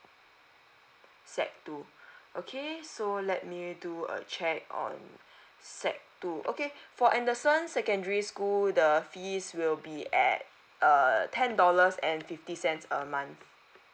SEC two okay so let me do a check on SEC two okay for anderson secondary school the fees will be at uh ten dollars and fifty cents a month